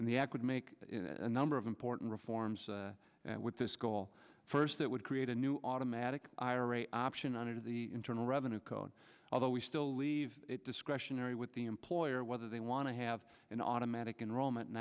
and the ad could make a number of important reforms with this goal first that would create a new automatic ira option under the internal revenue code although we still leave it discretionary with the employer whether they want to have an automatic enrollment